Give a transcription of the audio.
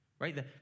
Right